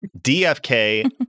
DFK